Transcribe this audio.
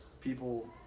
people